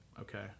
Okay